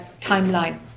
timeline